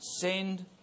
send